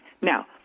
Now